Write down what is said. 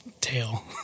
tail